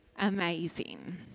Amazing